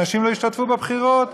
אנשים לא ישתתפו בבחירות.